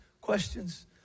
questions